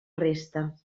resta